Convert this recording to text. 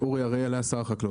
אורי אריאל היה שר החקלאות.